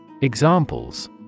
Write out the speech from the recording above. Examples